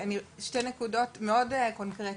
שתי נקודות מאוד קונקרטיות,